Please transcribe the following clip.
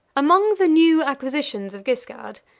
among the new acquisitions of guiscard,